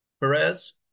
Perez